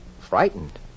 Frightened